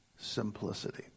simplicity